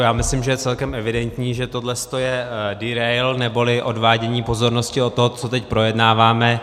Já myslím, že je celkem evidentní, že tohleto je derail neboli odvádění pozornosti od toho, co teď projednáváme.